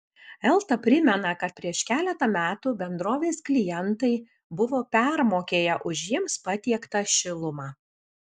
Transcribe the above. elta primena kad prieš keletą metų bendrovės klientai buvo permokėję už jiems patiektą šilumą